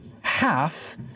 half